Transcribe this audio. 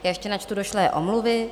Ještě načtu došlé omluvy.